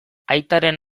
aitaren